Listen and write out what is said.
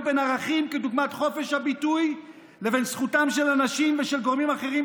בין ערכים דוגמת חופש הביטוי לבין זכותם של אנשים ושל גורמים אחרים,